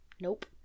Nope